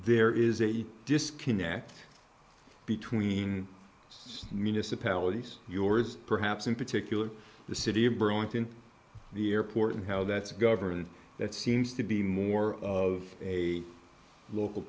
there is a disconnect between say minas a pallet he's yours perhaps in particular the city of burlington the airport and how that's governed that seems to be more of a local